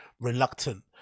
reluctant